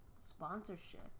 Sponsorship